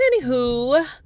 Anywho